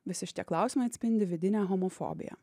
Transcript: visi šitie klausimai atspindi vidinę homofobiją